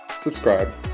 subscribe